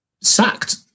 sacked